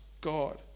God